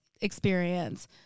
experience